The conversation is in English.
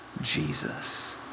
Jesus